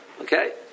Okay